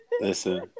Listen